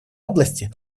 области